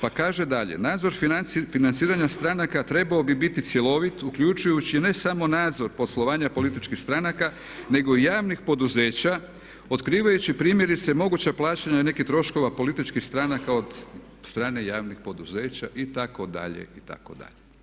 Pa kaže dalje nadzor financiranja stranaka trebao bi biti cjelovit uključujući ne samo nadzor poslovanja političkih stranaka nego i javnih poduzeća otkrivajući primjerice moguća plaćanja nekih troškova političkih stranaka od strane javnih poduzeća itd., itd.